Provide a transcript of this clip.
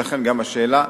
ולכן גם השאלה,